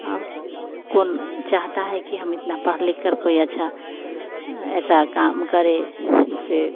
और कौन चाहता है कि हम इतना पढ़ लिखकर कोई अच्छा ऐसा काम करे जिससे